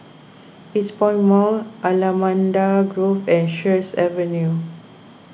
Eastpoint Mall Allamanda Grove and Sheares Avenue